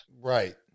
Right